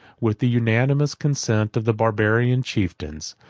with the unanimous consent of the barbarian chieftains,